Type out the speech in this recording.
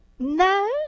No